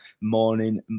morning